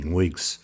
weeks